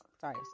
Sorry